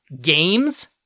games